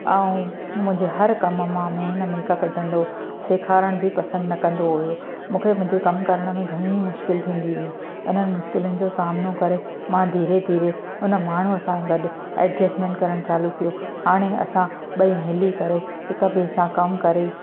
ऐं मुंहिंजे हर कम मां मे हिनमें कढंदो हुयो सेखारणु बि पसंदि न कंदो हुयो मूंखे मुंहिंजे कम करण में घणी ई मुश्किल थींदी हुई उन्हनि मुश्किलिनि जो सामनो करे मां धीरे धीरे उन माण्हूअ सां गॾु एडजस्टमैंट करणु चालू कयो हाणे असां ॿई मिली करे हिक ॿिए सां कमु करे